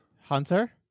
Hunter